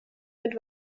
mit